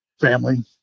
family